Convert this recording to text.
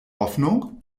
hoffnung